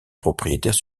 propriétaires